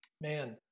man